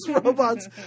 robots